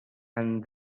and